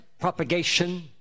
propagation